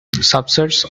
subsets